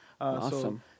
Awesome